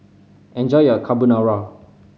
enjoy your Carbonara